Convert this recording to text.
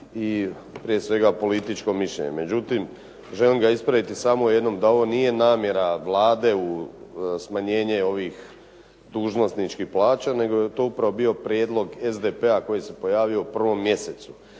i prije svega političko mišljenje. Međutim, želim ga ispraviti samo u jednom, da ovo nije namjera Vlade, smanjenje ovih dužnosničkih plaća, nego je to upravo bio prijedlog SDP-a koji se pojavio u prvom mjesecu